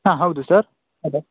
ಹಾಂ ಹೌದು sir hello